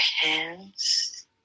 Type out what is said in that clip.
hands